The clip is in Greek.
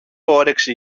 όρεξη